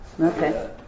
Okay